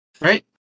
Right